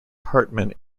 hartman